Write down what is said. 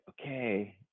okay